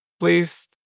please